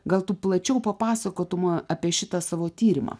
gal tu plačiau papasakotum a apie šitą savo tyrimą